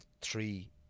three